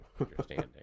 understanding